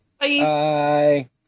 Bye